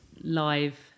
live